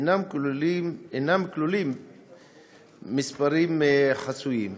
ואינם כוללים מספרים חסויים.